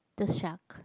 the shark